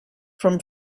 from